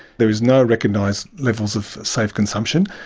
there is no recognised levels of safe consumption,